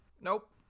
Nope